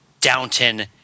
Downton